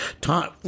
time